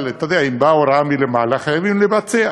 אבל אתה יודע, אם באה הוראה מלמעלה, חייבים לבצע.